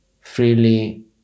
freely